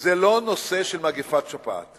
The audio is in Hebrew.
זה לא נושא של מגפת שפעת,